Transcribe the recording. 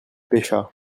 pêcha